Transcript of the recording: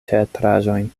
teatraĵojn